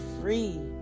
free